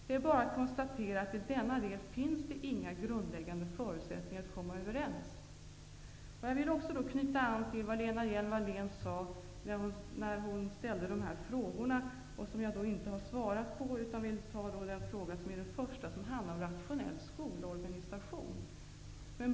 Det är bara att konstatera att det i denna del inte finns några grundläggande förutsättningar att komma överens. Jag vill också knyta an till det Lena Hjelm-Wallén sade när hon ställde de här frågorna som jag inte har svarat på. Jag vill ta upp den fråga som handlar om en rationell skolorganisation.